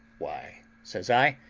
why, says i,